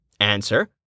Answer